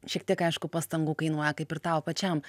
šiek tiek aišku pastangų kainuoja kaip ir tau pačiam